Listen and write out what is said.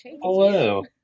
Hello